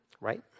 Right